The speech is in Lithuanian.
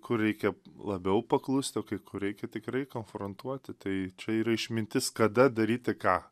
kur reikia labiau paklust o kai kur reikia tikrai konfrontuoti tai čia yra išmintis kada daryti ką